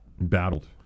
Battled